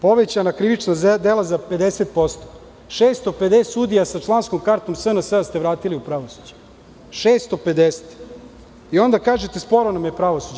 Povećana krivična dela za 50%, 650 sudija sa članskom kartom SNS ste vratili u pravosuđe, 650, pa onda kažete - sporo nam je pravosuđe.